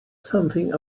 something